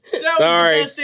sorry